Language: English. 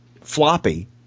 floppy